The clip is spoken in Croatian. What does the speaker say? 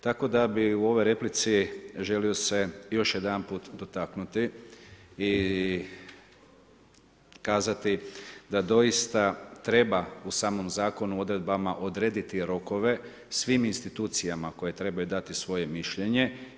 Tako da bi u ovoj replici, želio se još jedanput dotaknuti i kazati, da doista, treba u samom zakonu, odredbama odrediti rokove, svim institucijama, koje trebaju dati svoje mišljenje.